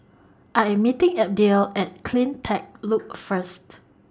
I Am meeting Abdiel At CleanTech Loop First